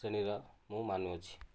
ଶ୍ରେଣୀର ମୁଁ ମାନୁଅଛି